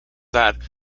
that